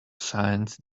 science